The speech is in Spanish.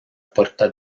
puerta